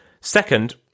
Second